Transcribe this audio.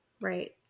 Right